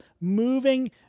moving